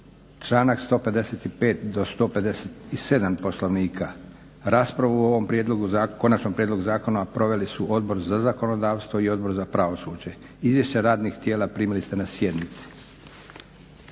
članak 155. do 157. Poslovnika. Raspravu o ovom konačnom prijedlogu zakona proveli su Odbor za zakonodavstvo i Odbor za pravosuđe. Izvješća radnih tijela primili ste na sjednici.